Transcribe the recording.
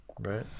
Right